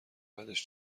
بعدش